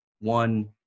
one